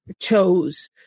chose